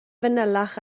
fanylach